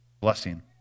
blessing